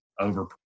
over